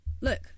Look